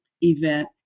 event